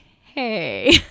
hey